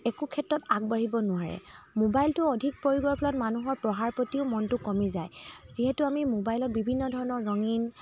একো ক্ষেত্ৰত আগবাঢ়িব নোৱাৰে মোবাইলটো অধিক প্ৰয়োগৰ ফলত মানুহৰ পঢ়াৰ প্ৰতিও মনটো কমি যায় যিহেতু আমি মোবাইলত বিভিন্ন ধৰণৰ ৰঙীন